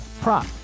prop